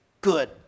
Good